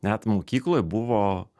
net mokykloj buvo